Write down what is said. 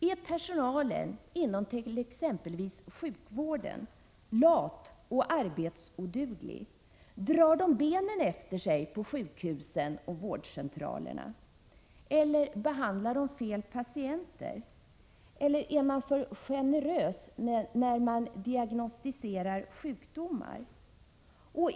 Är personalen inom exempelvis sjukvården lat och arbetsoduglig? Drar de benen efter sig på sjukhusen och vårdcentralerna? Behandlar de fel patienter, eller är man för generös när man diagnostiserar sjukdomar?